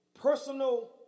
Personal